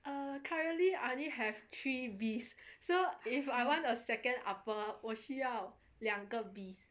err currently I have three Bs so if I want a second upper 我需要两个 Bs